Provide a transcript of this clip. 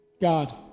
God